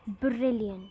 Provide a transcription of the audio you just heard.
brilliant